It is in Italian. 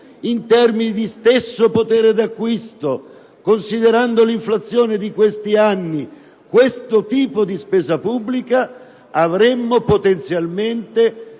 in termini di uguale potere d'acquisto, considerando l'inflazione di questi anni, questo tipo di spesa pubblica, avremmo potenzialmente